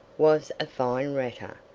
was a fine ratter.